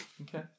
Okay